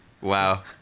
Wow